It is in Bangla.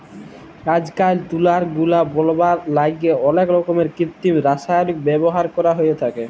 আইজকাইল তুলার গলা বলাবার ল্যাইগে অলেক রকমের কিত্তিম রাসায়লিকের ব্যাভার ক্যরা হ্যঁয়ে থ্যাকে